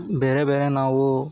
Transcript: ಬೇರೆ ಬೇರೆ ನಾವು